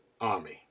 army